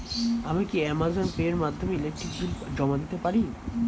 আমি কি Amazon Pay এর মাধ্যমে ইলেকট্রিক বিল জমা দিতে পারি?